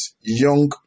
young